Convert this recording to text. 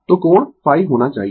तो कोण ϕ होना चाहिए